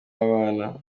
w’abana